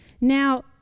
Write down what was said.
Now